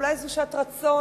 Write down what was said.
אולי זו שעת רצון,